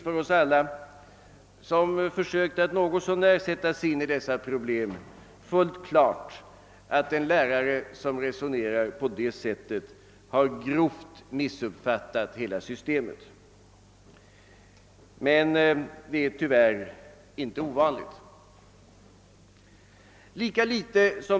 För alla som försökt sätta sig in i hithörande problem står det givetvis fullt klart, att den lärare som resonerar på det sättet grovt har missuppfaitat hela systemet, men tyvärr är det inte någon ovanlig företeelse.